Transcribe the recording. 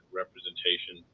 representation